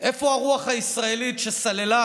איפה הרוח הישראלית שסללה